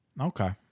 Okay